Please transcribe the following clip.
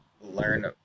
learn